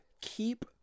keep